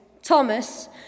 Thomas